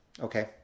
Okay